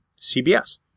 CBS